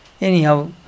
Anyhow